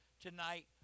tonight